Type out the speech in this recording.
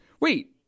Wait